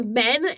men